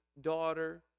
daughter